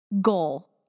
Goal